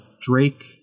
Drake